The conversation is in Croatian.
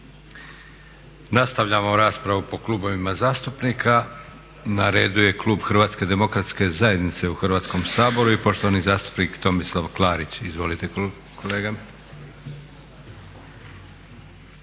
Nastavljamo raspravu po klubovima zastupnika. Na redu je klub HDZ-a u Hrvatskom saboru i poštovani zastupnik Tomislav Klarić. Izvolite kolega.